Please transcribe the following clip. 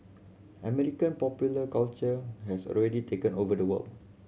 American popular culture has already taken over the world